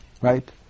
right